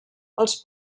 els